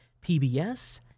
PBS